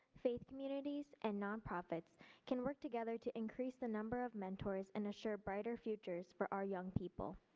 safe communities and nonprofits can work together to increase the number of mentors and assure brighter futures for our young people.